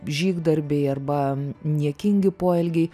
žygdarbiai arba niekingi poelgiai